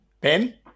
ben